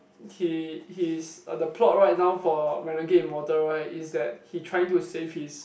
he his uh the plot right now for Renegade Immortal right is that he trying to save his